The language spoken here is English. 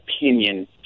opinion